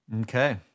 Okay